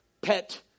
pet